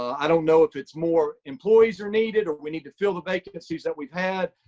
i don't know if it's more employees are needed, or we need to fill the vacancies that we've had.